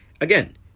again